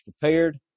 prepared